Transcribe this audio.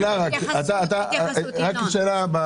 ינון, התייחסות שלך.